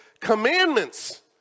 commandments